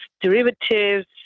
derivatives